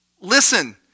Listen